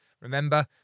remember